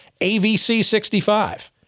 AVC65